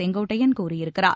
செங்கோட்டையன் கூறியிருக்கிறார்